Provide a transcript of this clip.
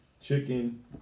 chicken